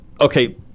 Okay